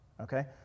okay